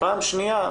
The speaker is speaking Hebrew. פעם שנייה,